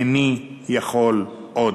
איני יכול עוד.